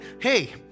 hey